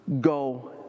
go